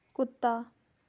ਕੁੱਤਾ